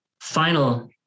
final